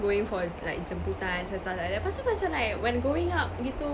going for like jemputans and stuff like that pasal macam like when growing up gitu